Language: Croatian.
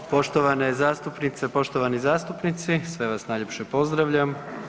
Poštovane zastupnice, poštovani zastupnici, sve vas najljepše pozdravljam.